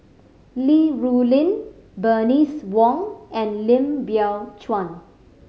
Li Rulin Bernice Wong and Lim Biow Chuan